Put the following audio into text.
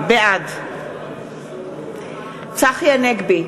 בעד צחי הנגבי,